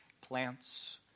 plants